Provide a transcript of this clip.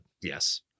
Yes